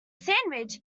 sandwich